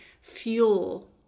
fuel